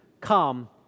come